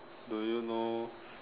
do you know